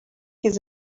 his